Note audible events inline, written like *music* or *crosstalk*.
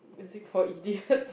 music for idiots *laughs*